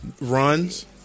runs